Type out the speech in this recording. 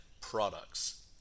products